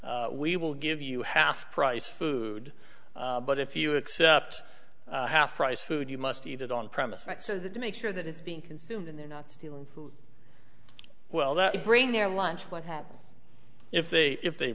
is we will give you half price food but if you accept half price food you must eat it on premise that says that to make sure that it's being consumed and they're not stealing well that you bring their lunch what happens if they if they